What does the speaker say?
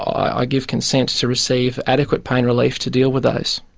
i give consent to receive adequate pain relief to deal with those.